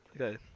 Okay